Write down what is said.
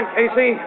Casey